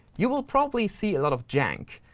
you will probably see a lot of jank.